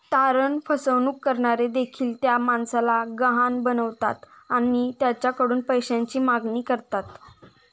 तारण फसवणूक करणारे देखील त्या माणसाला गहाण बनवतात आणि त्याच्याकडून पैशाची मागणी करतात